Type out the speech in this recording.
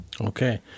Okay